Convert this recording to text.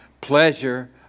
pleasure